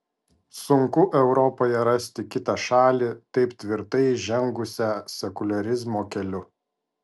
sunku europoje rasti kitą šalį taip tvirtai žengusią sekuliarizmo keliu